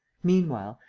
meanwhile,